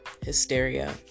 hysteria